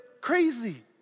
crazy